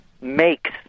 makes